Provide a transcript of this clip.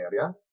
area